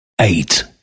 eight